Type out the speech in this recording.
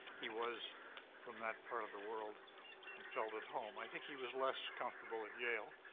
he was from that part of the world and felt at home. i think he was less comfortable at yale.